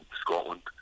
Scotland